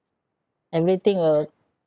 everything will